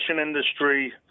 industry